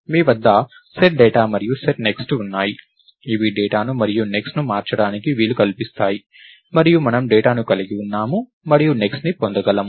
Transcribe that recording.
మీ వద్ద SetData మరియు SetNext ఉన్నాయి ఇవి డేటాను మరియు నెక్స్ట్ ని మార్చడానికి వీలు కల్పిస్తాయి మరియు మనము డేటాను కలిగి ఉన్నాము మరియు నెక్స్ట్ ని పొందగలము